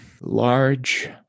Large